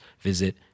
visit